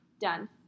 Done